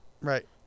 Right